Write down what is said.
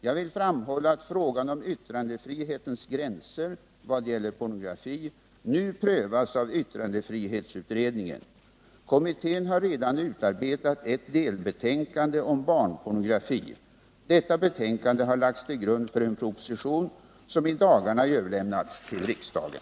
Jag vill framhålla att frågan om yttrandefrihetens gränser i vad gäller pornografi nu prövas av yttrandefrihetsutredningen. Kommittén har redan utarbetat ett delbetänkande om barnpornografi. Detta betänkande har lagts till grund för en proposition som i dagarna överlämnats till riksdagen.